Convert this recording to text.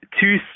two